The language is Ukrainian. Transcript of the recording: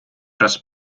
раз